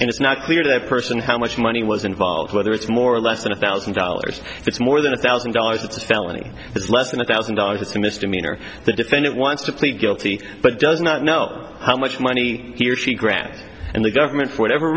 and it's not clear to the person how much money was involved whether it's more or less than a thousand dollars it's more than a thousand dollars it's a felony it's less than a thousand dollars it's a misdemeanor the defendant wants to plead guilty but does not know how much money he or she grabs and the government whatever